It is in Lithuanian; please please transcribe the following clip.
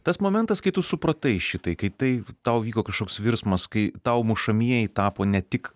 tas momentas kai tu supratai šitai kai tai tau vyko kažkoks virsmas kai tau mušamieji tapo ne tik